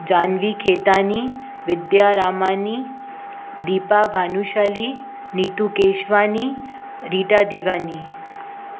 Jahnvi Khetani Vidya Ramani Deepa Bhanushali Neetu Keswani Rita दिवानी